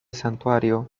santuario